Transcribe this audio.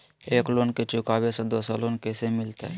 एक लोन के चुकाबे ले दोसर लोन कैसे मिलते?